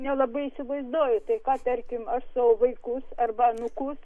nelabai įsivaizduoju tai ką tarkim aš savo vaikus arba anūkus